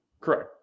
correct